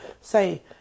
say